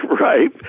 right